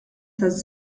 taż